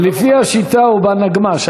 לפי השיטה, הוא בנגמ"ש.